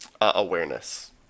Awareness